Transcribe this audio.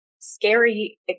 scary